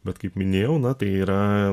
bet kaip minėjau na tai yra